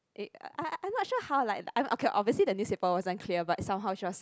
I'm not sure how like I'm okay obviously the newspaper wasn't clear but somehow she was